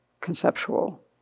conceptual